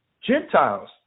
Gentiles